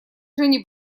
жене